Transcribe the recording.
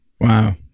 Wow